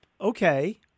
okay